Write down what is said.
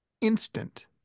instant